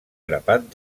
grapat